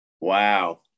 Wow